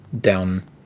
down